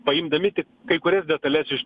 paimdami tik kai kurias detales iš